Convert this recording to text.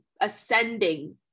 ascending